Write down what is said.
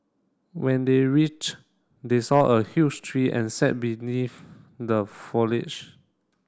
when they reached they saw a huge tree and sat beneath the foliage